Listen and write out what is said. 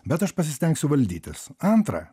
bet aš pasistengsiu valdytis antra